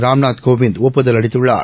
ராம்நாத் கோவிந்த் ஒப்புதல் அளித்துள்ளார்